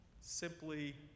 Simply